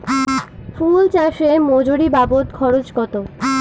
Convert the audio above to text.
ফুল চাষে মজুরি বাবদ খরচ কত?